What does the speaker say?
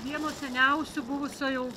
vieno seniausių buvusio jau